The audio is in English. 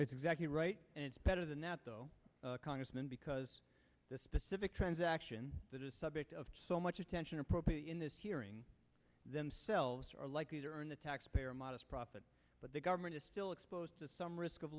it's exactly right and it's better than that though congressman because the specific transaction that is subject of so much attention appropriately in this hearing themselves are likely to earn the taxpayer modest profit but the government is still exposed to some risk of